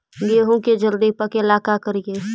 गेहूं के जल्दी पके ल का करियै?